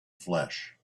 flesh